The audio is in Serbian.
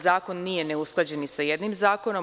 Zakon nije neusklađen ni sa jednim zakonom.